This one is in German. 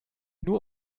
nur